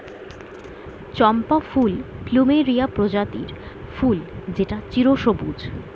চম্পা ফুল প্লুমেরিয়া প্রজাতির ফুল যেটা চিরসবুজ